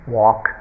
walk